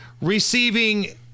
receiving